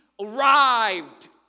arrived